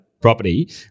property